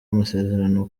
amasezerano